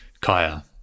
Kaya